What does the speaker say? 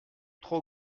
trop